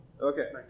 Okay